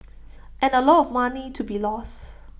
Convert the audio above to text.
and A lot of money to be lost